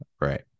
right